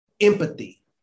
empathy